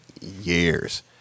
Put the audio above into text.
years